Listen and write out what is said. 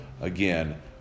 again